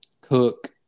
Cook